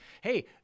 Hey